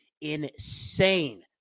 insane